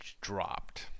dropped